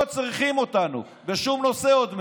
לא צריכים אותנו בשום נושא עוד מעט.